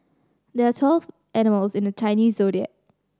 there are twelve animals in the Chinese Zodiac